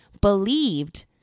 believed